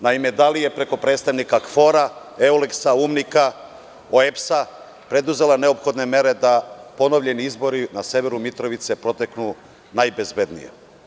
Naime, da li je preko predstavnika KFOR-a, EULEKS-a, UNMIK-a, OEPS-a preduzela neophodne mere da ponovljeni izbori na severu Mitrovice proteknu najbezbednije?